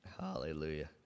Hallelujah